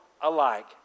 alike